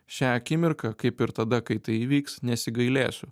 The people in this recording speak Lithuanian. šią akimirką kaip ir tada kai tai įvyks nesigailėsiu